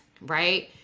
right